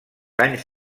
anys